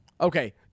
Okay